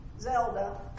Zelda